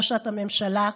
ראשת הממשלה,